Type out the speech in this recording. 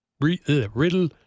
Riddle